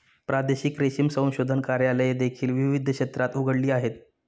प्रादेशिक रेशीम संशोधन कार्यालये देखील विविध क्षेत्रात उघडली आहेत